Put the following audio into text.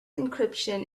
encryption